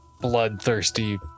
bloodthirsty